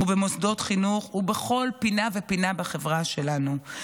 היא במוסדות חינוך ובכל פינה ופינה בחברה שלנו.